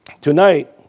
tonight